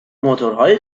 موتورهای